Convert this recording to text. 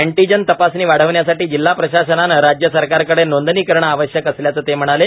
antigen तपासणी वाढवण्यासाठी जिल्हा प्रशासनानं राज्यसरकारकडे नोंदणी करणं आवश्यक असल्याचं ते म्हणाले